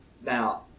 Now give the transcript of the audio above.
now